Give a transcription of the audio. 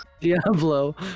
Diablo